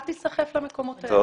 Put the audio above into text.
אל תיסחף למקומות האלה עכשיו.